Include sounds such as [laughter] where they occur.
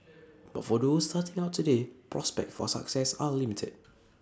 [noise] but for those starting out today prospects for success are limited